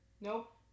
nope